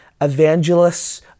evangelists